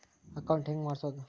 Account ಹೆಂಗ್ ಮಾಡ್ಸೋದು?